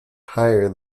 higher